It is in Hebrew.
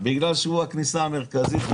בגלל שהוא הכניסה המרכזית.